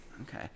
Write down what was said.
Okay